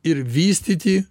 ir vystyti